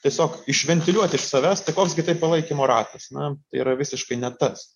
tiesiog iš ventiliuot iš savęs tai koks gi tai palaikymo ratas na tai yra visiškai ne tas